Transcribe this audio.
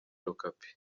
okapi